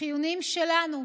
החיוניים שלנו,